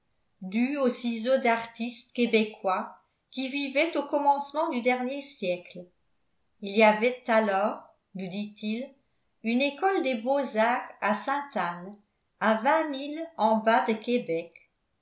dues au ciseau d'artistes québecquois qui vivaient au commencement du dernier siècle il y avait alors nous dit-il une école des beaux-arts à sainte-anne à vingt milles en bas de québec